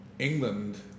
England